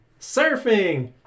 surfing